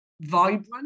vibrant